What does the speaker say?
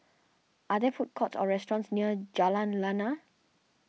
are there food courts or restaurants near Jalan Lana